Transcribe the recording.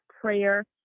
prayer